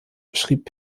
schrieb